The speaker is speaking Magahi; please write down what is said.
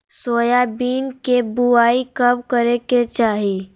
सोयाबीन के बुआई कब करे के चाहि?